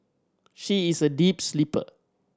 she is a deep sleeper